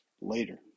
later